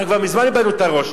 אנחנו כבר מזמן איבדנו את הראש.